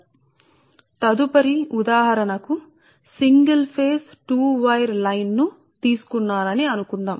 కాబట్టి తదుపరి ది ఏమిటంటే ఒకే దశ ఫేజ్ 2 వైర్ లైన్ల యొక్క ఇండక్టెన్స్ ఉదాహరణకు మీ సింగిల్ ఫేజ్ 2 వైర్ లైన్ లను మీరు తీసుకున్నారని అనుకుందాం